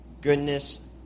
goodness